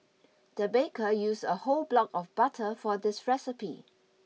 the baker used a whole block of butter for this recipe